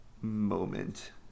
moment